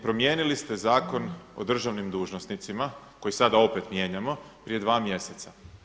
Promijenili ste Zakon o državnim dužnosnicima koji sada opet mijenjamo prije dva mjeseca.